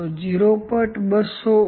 તો 0